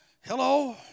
Hello